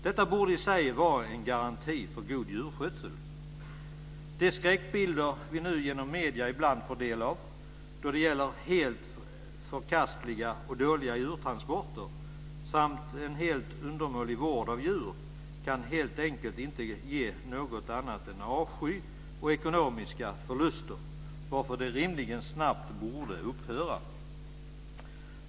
Detta borde i sig vara en garanti för god djurskötsel. De skräckbilder som vi nu genom medierna ibland får del av, då det gäller helt förkastliga och dåliga djurtransporter samt en helt undermålig vård av djur, kan helt enkelt inte ge något annat än avsky och ekonomiska förluster, varför detta rimligen snabbt borde upphöra.